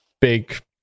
big